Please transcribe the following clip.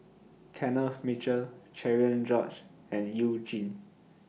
Kenneth Mitchell Cherian George and YOU Jin